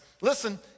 Listen